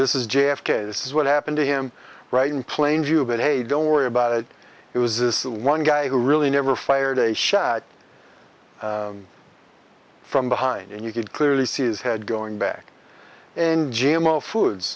this is j f k this is what happened to him right in plain view but hey don't worry about it it was this one guy who really never fired a shot from behind and you could clearly see his head going back and g m o foods